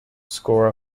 scorer